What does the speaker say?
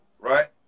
Right